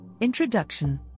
introduction